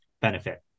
benefit